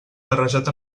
barrejat